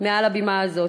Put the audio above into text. מעל הבימה הזאת.